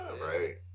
right